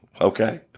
okay